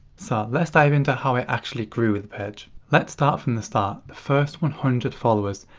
so let's dive into how i actually grew the page. let's start from the start, the first one hundred followers.